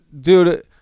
dude